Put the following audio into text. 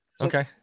Okay